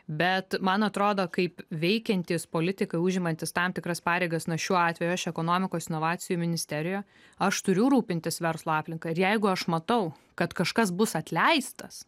bet man atrodo kaip veikiantys politikai užimantys tam tikras pareigas na šiuo atveju aš ekonomikos inovacijų ministerija aš turiu rūpintis verslo aplinka ir jeigu aš matau kad kažkas bus atleistas